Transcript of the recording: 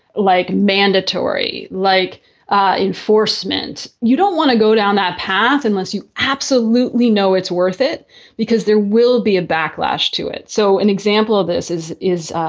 like mandatory, like enforcement you don't want to go down that path unless you absolutely know it's worth it because there will be a backlash to it. so an example of this is is,